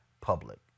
public